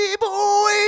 boy